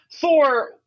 Thor